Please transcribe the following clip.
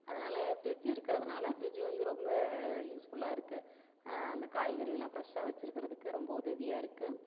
அதனால் ஃபிரிட்ஜ் இருக்கிறதுனால ஃபிரிட்ஜ் வந்து ரொம்ப யூஸ்ஃபுல்லாக இருக்குது அந்த காய்கறிலாம் ஃபிரெஷ்ஷாக வச்சிருக்குறதுக்கு ரொம்ப உதவியாக இருக்குது